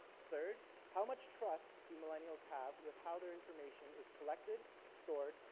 third, how much trust do millennials have with how their information is collected, stored,